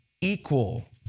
equal